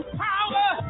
power